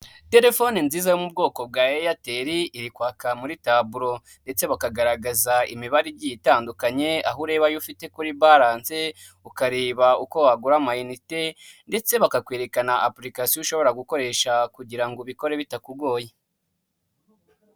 Telefone nziza yo mu bwoko bwa eyateli iri kwaka muri taburo. Ndetse bakagaragaza imibare igiye itandukanye aho ureba ayo ufite kuri baransi, ukareba uko wagura amayinite ndetse bakakwereka na apurikasiyo ushobora gukoresha kugirango ubikore bitakugoye.